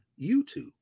youtube